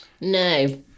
No